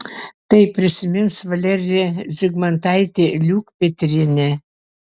tai prisimins valerija zigmantaitė liukpetrienė